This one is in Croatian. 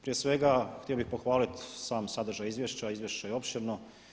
Prije svega htio bih pohvaliti sam sadržaj izvješća, izvješće je opširno.